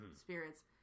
spirits